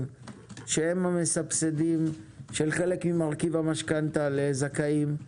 שהם המסבסדים של חלק ממרכיב המשכנתא לזכאים.